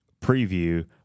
preview